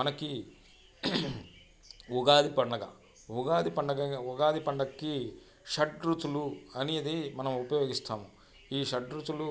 మనకి ఉగాది పండగ ఉగాది పండగ ఉగాది పండుగకి షడ్రుచులు అనేది మనం ఉపయోగిస్తాం ఈ షడ్రుచులు